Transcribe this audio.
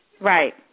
Right